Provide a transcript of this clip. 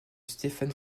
stephen